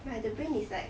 right the brain is like